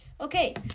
Okay